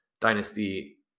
dynasty